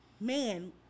man